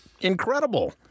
incredible